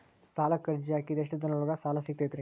ಸಾಲಕ್ಕ ಅರ್ಜಿ ಹಾಕಿದ್ ಎಷ್ಟ ದಿನದೊಳಗ ಸಾಲ ಸಿಗತೈತ್ರಿ?